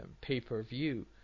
pay-per-view